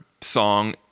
song